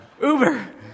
Uber